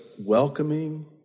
welcoming